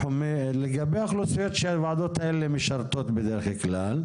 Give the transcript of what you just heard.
האוכלוסיות שהוועדות האלה משרתות בדרך כלל,